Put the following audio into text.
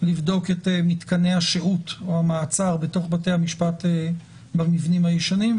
לבדוק את מתקני השהות או המעצר בתוך בתי המשפט במבנים הישנים,